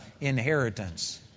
inheritance